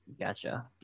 Gotcha